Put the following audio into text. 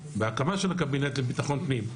בהקמה של הקבינט לביטחון פנים,